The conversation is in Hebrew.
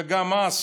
וגם אז